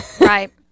Right